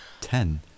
ten